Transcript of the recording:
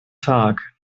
tag